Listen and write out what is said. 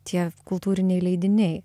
tie kultūriniai leidiniai